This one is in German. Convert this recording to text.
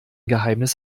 geheimnis